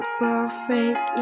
perfect